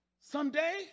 someday